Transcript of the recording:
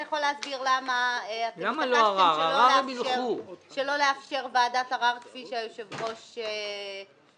אתה יכול להסביר למה החלטתם שלא לאפשר ועדת ערר כפי שהיושב-ראש ביקש?